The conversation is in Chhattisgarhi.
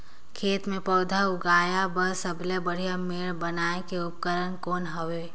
खेत मे पौधा उगाया बर सबले बढ़िया मेड़ बनाय के उपकरण कौन हवे?